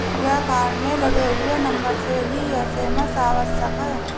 क्या कार्ड में लगे हुए नंबर से ही एस.एम.एस आवश्यक है?